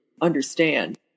understand